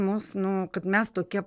mus nu kad mes tokie